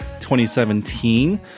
2017